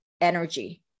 energy